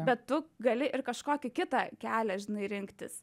bet tu gali ir kažkokį kitą kelią žinai rinktis